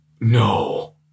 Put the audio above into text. No